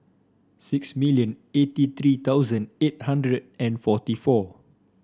six million eighty three thousand eight hundred and forty four